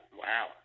wow